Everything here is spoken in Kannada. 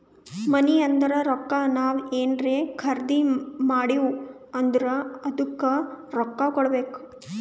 ಮನಿ ಅಂದುರ್ ರೊಕ್ಕಾ ನಾವ್ ಏನ್ರೇ ಖರ್ದಿ ಮಾಡಿವ್ ಅಂದುರ್ ಅದ್ದುಕ ರೊಕ್ಕಾ ಕೊಡ್ಬೇಕ್